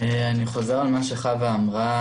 אני חוזר על מה שחוה אמרה.